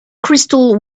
crystal